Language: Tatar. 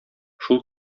шул